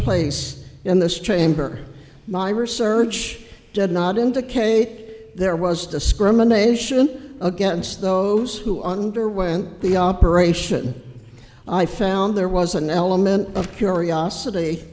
place in this chamber my research did not indicate there was discrimination against those who underwent the operation i found there was an element of curiosity